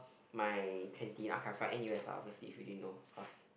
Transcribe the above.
my canteen okay I'm from n_u_s obviously if you didn't know cause